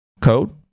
Code